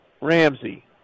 Ramsey